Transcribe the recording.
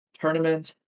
tournament